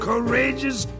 Courageous